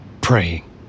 praying